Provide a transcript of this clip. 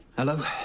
hello?